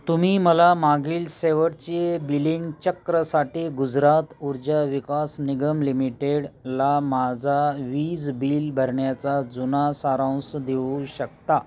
तुम्ही मला मागील शेवटची बिलिंग चक्रासाठी गुजरात ऊर्जा विकास निगम लिमिटेडला माझा वीज बिल भरण्याचा जुना सारांश देऊ शकता